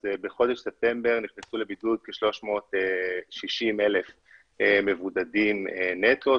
אז בחודש ספטמבר נכנסו לבידוד כ-360,000 מבודדים נטו,